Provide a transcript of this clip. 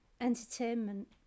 Entertainment